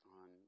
on